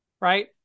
Right